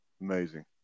amazing